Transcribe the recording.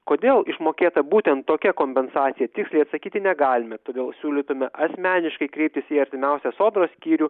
kodėl išmokėta būtent tokia kompensacija tiksliai atsakyti negalime todėl siūlytume asmeniškai kreiptis į artimiausią sodros skyrių